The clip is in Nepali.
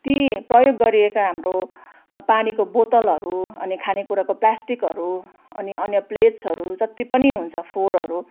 ती प्रयोग गरिएका हाम्रो पानीको बोतलहरू अनि खानेकुराको प्लास्टिकहरू अनि अन्य प्लेट्सहरू जति पनि हुन्छ फोहोरहरू